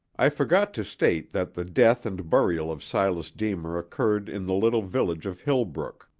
i forgot to state that the death and burial of silas deemer occurred in the little village of hillbrook,